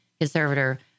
conservator